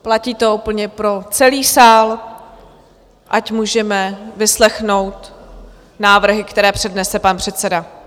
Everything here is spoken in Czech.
Platí to úplně pro celý sál, ať můžeme vyslechnout návrhy, které přednese pan předseda.